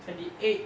twenty eight